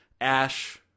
Ash